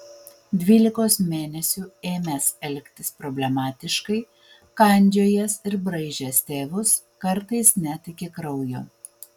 dvylikos mėnesių ėmęs elgtis problemiškai kandžiojęs ir braižęs tėvus kartais net iki kraujo